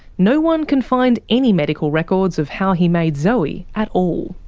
no one can find any medical records of how he made zoe at all.